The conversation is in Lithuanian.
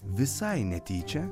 visai netyčia